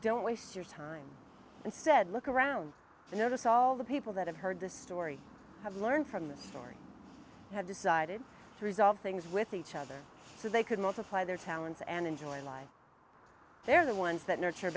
don't waste your time and said look around and notice all the people that have heard this story have learned from this story have decided to resolve things with each other so they could multiply their talents and enjoy life they're the ones that nurture a